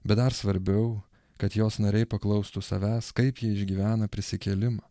bet dar svarbiau kad jos nariai paklaustų savęs kaip ji išgyvena prisikėlimą